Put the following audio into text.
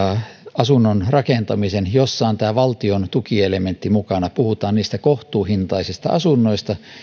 asunnon rakentamisen jossa on tämä valtion tukielementti mukana puhutaan niistä kohtuuhintaisista asunnoista